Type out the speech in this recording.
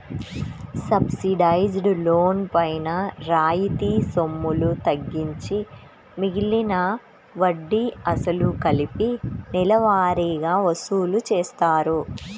subsidised loan పైన రాయితీ సొమ్ములు తగ్గించి మిగిలిన వడ్డీ, అసలు కలిపి నెలవారీగా వసూలు చేస్తారు